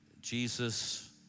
Jesus